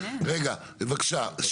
רגע, בבקשה.